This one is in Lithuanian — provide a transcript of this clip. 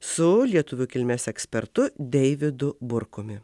su lietuvių kilmės ekspertu deividu burkumi